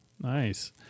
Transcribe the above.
Nice